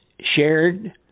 shared